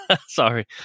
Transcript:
Sorry